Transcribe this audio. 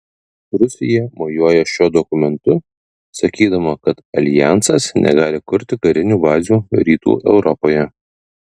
rusija mojuoja šiuo dokumentu sakydama kad aljansas negali kurti karinių bazių rytų europoje